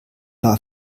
war